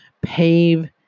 pave